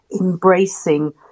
embracing